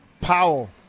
powell